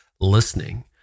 listening